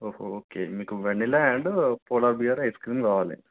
okay మీకు vanilla and polar bear ice cream కావాలి